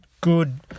good